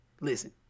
listen